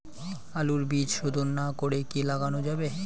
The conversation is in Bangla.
আলুর বীজ শোধন না করে কি লাগানো যাবে?